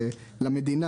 למדינה.